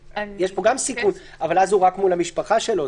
יש פה גם סיכון אבל הוא רק מול המשפחה שלו.